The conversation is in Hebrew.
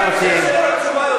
התשובה,